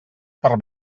per